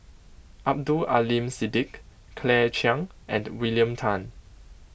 Abdul Aleem Siddique Claire Chiang and William Tan